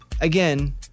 Again